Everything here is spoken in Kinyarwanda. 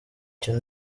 icyo